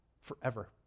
forever